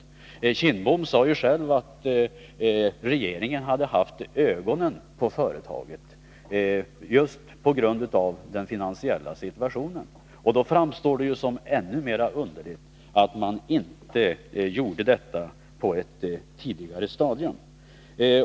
Bengt Kindbom sade själv att regeringen hade haft ögonen på företaget just på grund av den finansiella situationen. Då framstår det som ännu mer underligt att man inte gjorde revisionen på ett tidigare stadium.